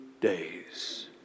days